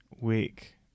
week